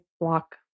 block